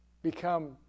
become